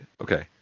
okay